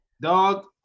Dog